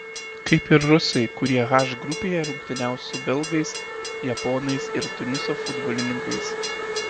kaip ir rusai kurie h grupėje rungtyniaus su belgais japonais ir tuniso futbolininkais